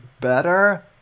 better